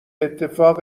اتفاق